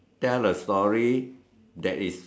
tell a story that is